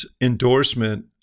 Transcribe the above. endorsement